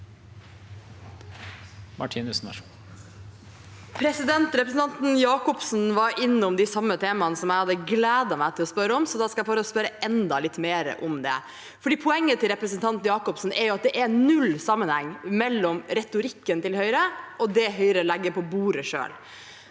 tanten Jacobsen var innom de samme temaene som jeg hadde gledet meg til å spørre om, så da skal jeg bare spørre enda litt mer om det. Poenget til representanten Jacobsen er at det er null sammenheng mellom retorikken til Høyre og det Høyre selv legger på bordet.